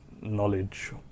knowledge